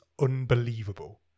Unbelievable